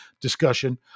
discussion